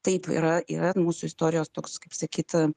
taip yra yra mūsų istorijos toks kaip sakyt